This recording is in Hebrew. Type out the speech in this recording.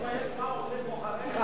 אתה צריך להתבייש.